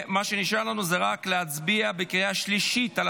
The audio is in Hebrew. מה שנשאר לנו זה רק להצביע בקריאה שלישית על